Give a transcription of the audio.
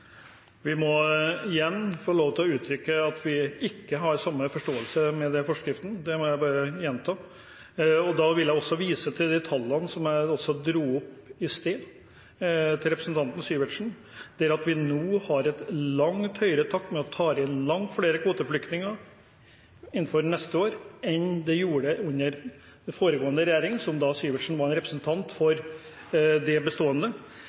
Jeg må igjen få uttrykke at vi ikke har samme forståelse av forskriften, det må jeg bare gjenta. Jeg vil vise til de tallene som jeg også viste til i sted overfor representanten Sivertsen: Vi har nå et langt høyere tak. Man vil ta inn langt flere kvoteflyktninger neste år enn det man gjorde under den foregående regjering, som Sivertsen var en representant for, representant for det bestående.